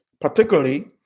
particularly